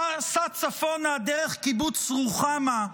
סע צפונה דרך קיבוץ רוחמה,